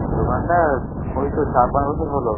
দোকানটা ওই তো চার পাঁচ বছর হলো